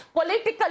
political